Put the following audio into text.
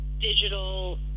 digital